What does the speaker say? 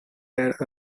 had